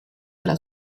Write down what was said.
della